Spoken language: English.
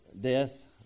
death